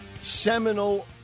seminal